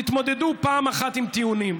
תתמודדו פעם אחת עם טיעונים.